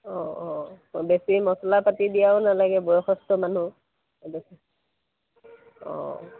অঁ অঁ বেছি মচলা পাতি দিয়াও নালাগে বয়সস্থ মানুহ অঁ